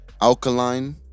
alkaline